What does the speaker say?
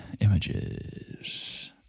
Images